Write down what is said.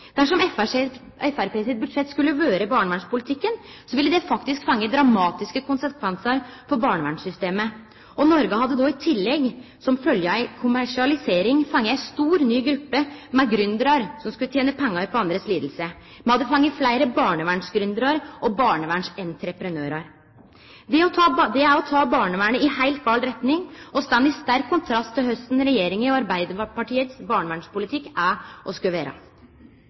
Dersom Framstegspartiets budsjett skulle vore barnevernspolitikken, ville det faktisk fått dramatiske konsekvensar for barnevernssystemet. Noreg hadde då i tillegg som følgje av ei kommersialisering fått ei stor ny stor gruppe med gründerar som skulle tene pengar på andres liding. Me hadde fått fleire barnevernsgründerar og barnevernsentreprenørar. Det er å ta barnevernet i heilt gal retning, og det står i sterk kontrast til korleis regjeringas og Arbeiderpartiets barnevernspolitikk er og